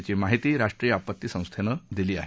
अशी माहिती राष्ट्रीय आपती संस्थेनं दिली आहे